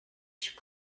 ssh